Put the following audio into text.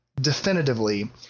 definitively